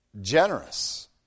generous